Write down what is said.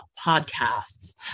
podcasts